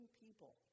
people